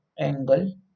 angle